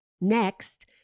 Next